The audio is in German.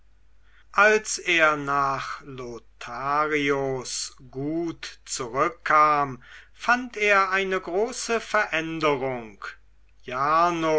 als er nach lotharios gut zurückkam fand er eine große veränderung jarno